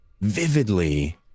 vividly